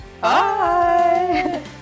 Bye